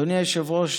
אדוני היושב-ראש,